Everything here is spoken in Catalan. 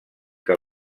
que